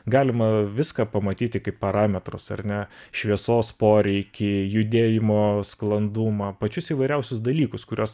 galima viską pamatyti kaip parametrus ar ne šviesos poreikį judėjimo sklandumą pačius įvairiausius dalykus kuriuos